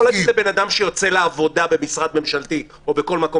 לאדם שיוצא לעבודה במשרד ממשלתי או בכל מקום